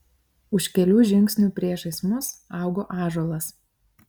už kelių žingsnių priešais mus augo ąžuolas